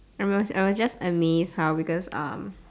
I was I was just amazed how because um